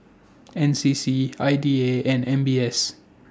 N C C I D A and M B S